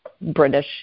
British